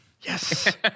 Yes